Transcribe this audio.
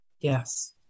yes